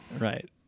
Right